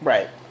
Right